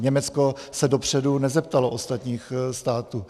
Německo se dopředu nezeptalo ostatních států.